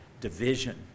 division